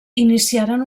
iniciaren